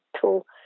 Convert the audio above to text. tool